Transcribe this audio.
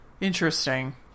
Interesting